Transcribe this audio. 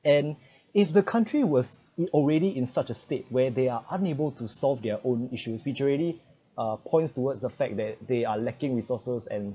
and if the country was it already in such a state where they are unable to solve their own issues majority uh points towards the fact that they are lacking resources and